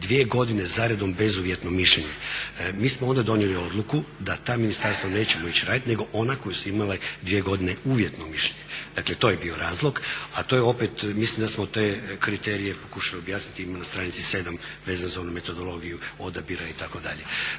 dvije godine za redom bezuvjetno mišljenje, mi smo onda donijeli odluku da ta ministarstva nećemo ići raditi, nego ona koja su imala dvije godine uvjetno mišljenje. Dakle, to je bio razlog, a to je opet, mislim da smo te kriterije pokušali objasniti na stranici 7. vezano za metodologiju odabira itd. Dakle,